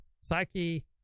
psyche